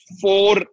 four